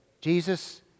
Jesus